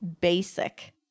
basic